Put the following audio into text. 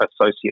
associate